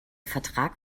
vertrag